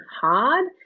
hard